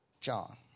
John